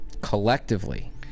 collectively